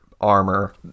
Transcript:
armor